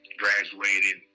graduated